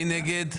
מי נגד?